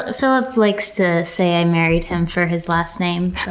ah filip likes to say i married him for his last name.